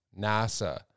nasa